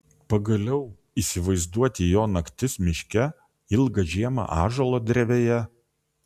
pagaliau įsivaizduoti jo naktis miške ilgą žiemą ąžuolo drevėje